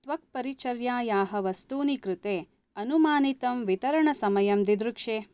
त्वक्परिचर्यायाः वस्तूनि कृते अनुमानितं वितरणसमयं दिदृक्षे